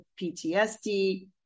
PTSD